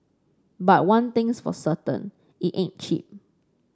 but one thing's for certain it ain't cheap